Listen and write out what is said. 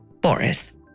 Boris